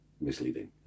misleading